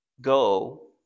go